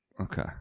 Okay